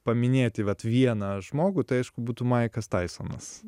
paminėti vat vieną žmogų tai aišku būtų maiklas taisonas